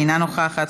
אינה נוכחת,